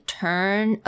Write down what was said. turn